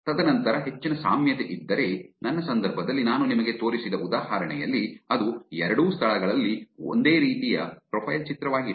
ತದನಂತರ ಹೆಚ್ಚಿನ ಸಾಮ್ಯತೆ ಇದ್ದರೆ ನನ್ನ ಸಂದರ್ಭದಲ್ಲಿ ನಾನು ನಿಮಗೆ ತೋರಿಸಿದ ಉದಾಹರಣೆಯಲ್ಲಿ ಅದು ಎರಡೂ ಸ್ಥಳಗಳಲ್ಲಿ ಒಂದೇ ರೀತಿಯ ಪ್ರೊಫೈಲ್ ಚಿತ್ರವಾಗಿದೆ